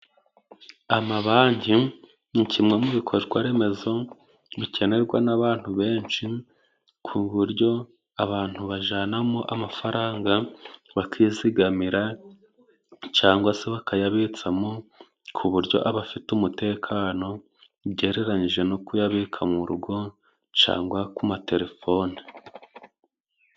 Amabanki ni kimwe mu bikorwa remezo bikenerwa n'abantu benshi ku buryo abantu bajyanamo amafaranga bakizigamira, cyangwa se bakayabitsamo ku buryo aba afite umutekano, ugereranyije no kuyabika mu rugo cyangwa ku matelefone.